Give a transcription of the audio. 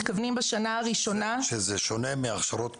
זה שונה מהכשרות קודמות?